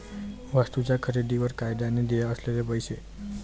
वस्तूंच्या खरेदीवर कायद्याने देय असलेले पैसे